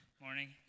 Morning